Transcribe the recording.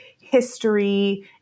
history